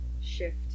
shift